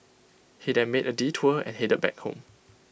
he then made A detour and headed back home